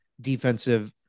defensive